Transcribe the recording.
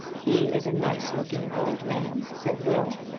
he is a nice-looking old man, said will,